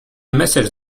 message